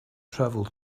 travel